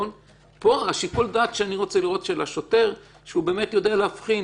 פה שיקול הדעת שאני רוצה שיהיה לשוטר שהוא באמת יודע להבחין